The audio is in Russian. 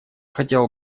хотела